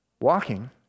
Walking